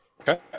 okay